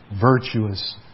virtuous